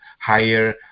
higher